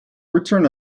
return